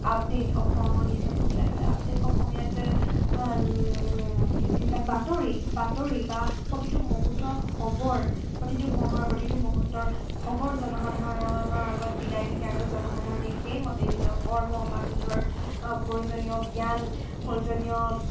update Asom ইংলিছত ক'বলৈ গ'লে আপডে'ট অসমীয়াত যিবিলাক বাতৰি বাতৰি বা প্ৰতিটো মুহূৰ্তৰ খবৰ প্ৰতিটো সময়ৰ প্ৰতিটো মহূূৰ্তৰ খবৰ জনসাধাৰণৰ আগত বিলাই থাকে আৰু জনসাধাৰণে সেইমতে নিজৰ কৰ্ম বা নিজৰ প্ৰয়োজনীয় জ্ঞান প্ৰয়োজনীয়